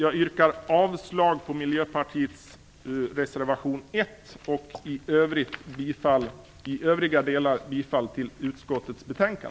Jag yrkar avslag på Miljöpartiets reservation 1 och i övriga delar bifall till utskottets hemställan.